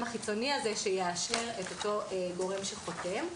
החיצוני הזה שיאשר את אותו גורם שחותם.